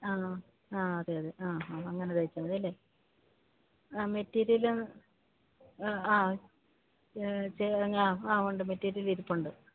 ആ ആ അതെ അതെ ആ ആ അങ്ങനെ തയ്ച്ചാല് മതിയല്ലേ അ മെറ്റിരിയല് ആ ആ ആ ഉണ്ട് മെറ്റീരിയലിരിപ്പുണ്ട്